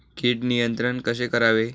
कीड नियंत्रण कसे करावे?